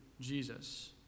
jesus